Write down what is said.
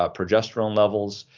ah progesterone levels,